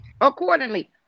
Accordingly